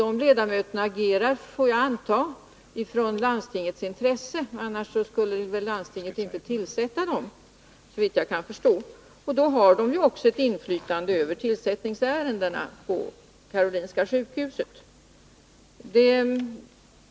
De ledamöterna agerar, får jag anta, i landstingets intresse — annars skulle såvitt jag förstår landstinget inte tillsätta dem — och därmed har landstinget också ett inflytande över tillsättningsärenden på Karolinska sjukhuset.